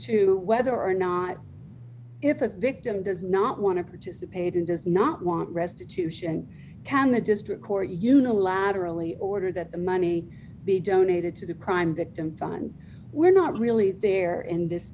to whether or not if a victim does not want to participate and does not want restitution can the district court unilaterally order that the money be donated to the crime victims fund we're not really there in this